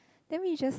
then we just